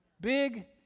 Big